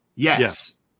Yes